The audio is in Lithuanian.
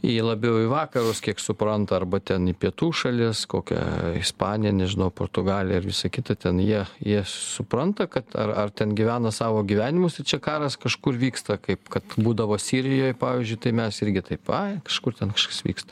į labiau į vakarus kiek supranta arba ten į pietų šalis kokią ispaniją nežinau portugalija ir visa kita ten jie jie supranta kad ar ar ten gyvena savo gyvenimus čia karas kažkur vyksta kaip kad būdavo sirijoj pavyzdžiui tai mes irgi taip ai kažkur ten kažkas vyksta